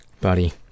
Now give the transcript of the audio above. Buddy